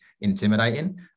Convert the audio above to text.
intimidating